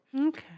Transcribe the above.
Okay